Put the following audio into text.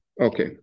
okay